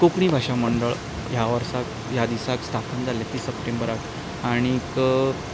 कोंकणी भाशा मंडळ ह्या वर्साक ह्या दिसाक स्थापन जालें तीस सप्टेंबराक आनीक